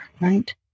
right